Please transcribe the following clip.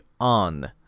on